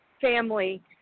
family